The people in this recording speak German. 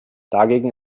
dagegen